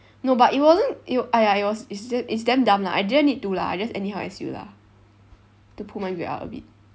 no but it wasn't it !aiya! it was it's d~ it's damn dumb lah I didn't need to lah I just anyhow S_U lah to pull my grade up a bit